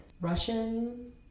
Russian